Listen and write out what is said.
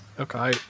Okay